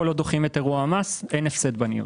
כל עוד לא דוחים את אירוע המס אין הפסד בניוד.